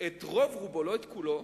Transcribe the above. את רוב רובו, לא את כולו,